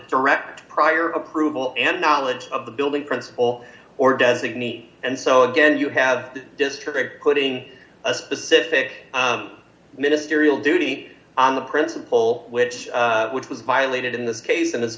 direct prior approval and knowledge of the building principal or designee and so again you have the district putting a specific ministerial duty on the principal which which was violated in this case and